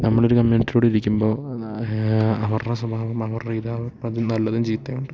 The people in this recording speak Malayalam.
നമ്മളൊരു കമ്മ്യൂണിറ്റീടെ കൂടെ ഇരിക്കുമ്പോൾ അവരുടെ സ്വഭാവം അവരുടെ ഇതാ അതിൽ നല്ലതും ചീത്തയും ഉണ്ട്